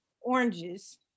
oranges